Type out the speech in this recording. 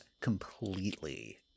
completely